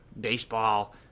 baseball